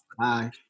Hi